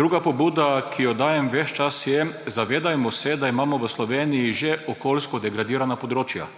Druga pobuda, ki jo dajem ves čas, je, zavedajmo se, da imamo v Sloveniji že okoljsko degradirana področja.